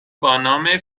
بانام